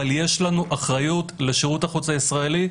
אבל יש לנו אחריות לשירות החוץ הישראלי,